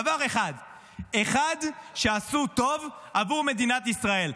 דבר אחד שעשו טוב עבור מדינת ישראל.